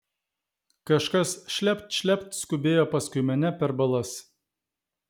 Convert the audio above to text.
kažkas šlept šlept skubėjo paskui mane per balas